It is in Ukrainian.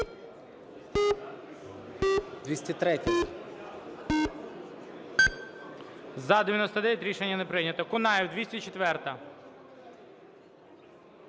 За-99 Рішення не прийнято. Кунаєв, 204-а.